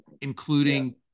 including